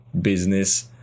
business